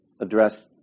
address